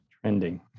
Trending